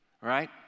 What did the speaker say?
right